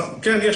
כן,